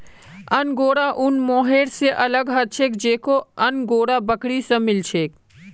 angora ऊन mohair स अलग ह छेक जेको अंगोरा बकरी स मिल छेक